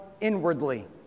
inwardly